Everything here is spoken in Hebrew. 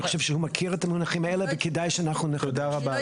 אני חושב שהוא מכיר את המונחים האלה וכדאי שאנחנו נקשיב לו.